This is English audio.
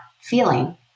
feeling